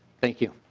thank you.